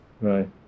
Right